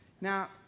Now